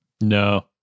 No